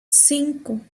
cinco